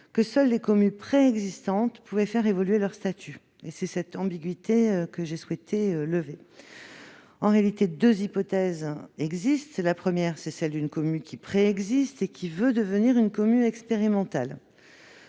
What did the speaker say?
que seules les Comue préexistantes peuvent faire évoluer leur statut. C'est cette ambiguïté que j'ai souhaité lever. En réalité, deux hypothèses se font jour. La première est celle d'une Comue préexistante souhaitant devenir une Comue expérimentale.